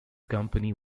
company